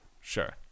Sure